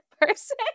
person